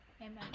Amen